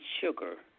sugar